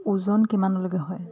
ওজন কিমানলৈকে হয়